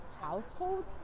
household